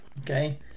Okay